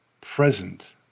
present